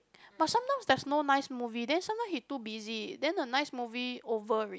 but sometimes there's no nice movie then sometimes he too busy then the nice movie over already